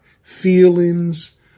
feelings